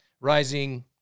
Rising